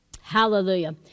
Hallelujah